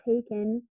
taken